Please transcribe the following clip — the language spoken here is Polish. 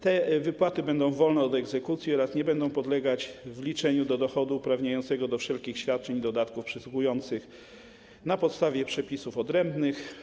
Te wypłaty będą wolne od egzekucji oraz nie będą podlegać wliczeniu do dochodu uprawniającego do wszelkich świadczeń i dodatków przysługujących na podstawie przepisów odrębnych.